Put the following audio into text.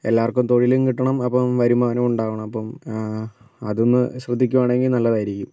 എല്ലാവർക്കും തൊഴിലും കിട്ടണം ഒപ്പം വരുമാനോം ഉണ്ടാവണം അപ്പം അതൊന്നു ശ്രദ്ധിക്കുവാണെങ്കിൽ നല്ലതായിരിക്കും